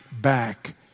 back